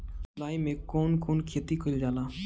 जुलाई मे कउन कउन खेती कईल जाला?